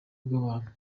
bw’abantu